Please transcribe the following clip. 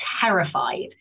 terrified